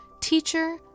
teacher